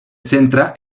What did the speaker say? centra